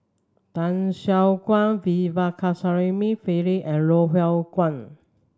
Tan Siah Kwee V Pakirisamy Pillai and Loh Hoong Kwan